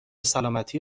سلامتی